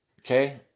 okay